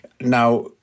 Now